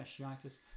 fasciitis